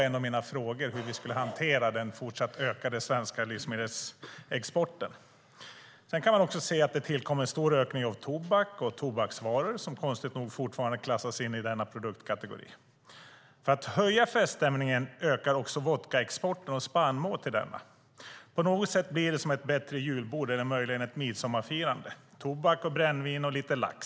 En av mina frågor var hur vi skulle hantera den fortsatt ökade svenska livsmedelsexporten. Man kan också se att det tillkommer en stor ökning av tobak och tobaksvaror, som konstigt nog fortfarande klassas som denna kategori av produkter. För att höja feststämningen ökar även exporten av vodka och spannmål till denna. På något sätt blir det som ett bättre julbord eller möjligen ett midsommarfirande: tobak och brännvin och lite lax.